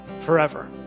forever